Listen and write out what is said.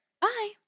Bye